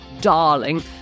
darling